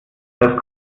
das